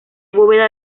bóveda